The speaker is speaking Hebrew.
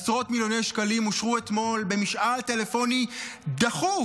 עשרות מיליוני שקלים אושרו אתמול במשאל טלפוני דחוף